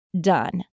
done